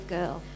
Girl